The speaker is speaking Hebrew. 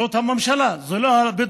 זאת הממשלה, זה לא הבדואים.